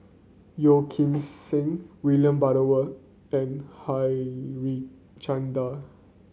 Yeo Kim Seng William Butterworth and Harichandra